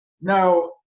now